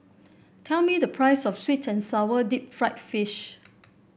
tell me the price of sweet and sour Deep Fried Fish